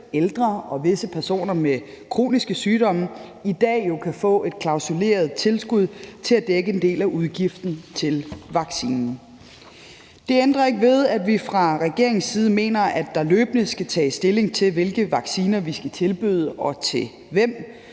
ældre og visse personer med kroniske sygdomme, i dag kan få et klausuleret tilskud til at dække en del af udgiften til vaccinen. Det ændrer ikke ved, at vi fra regeringens side mener, at der løbende skal tages stilling til, hvilke vacciner vi skal tilbyde og til hvem.